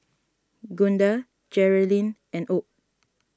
Gunda Jerilynn and Obe